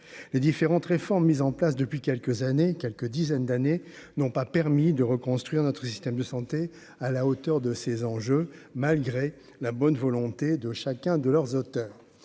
les différentes réformes mises en place depuis quelques années, quelques dizaines d'années n'ont pas permis de reconstruire notre système de santé à la hauteur de ces enjeux, malgré la bonne volonté de chacun de leurs auteurs